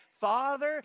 Father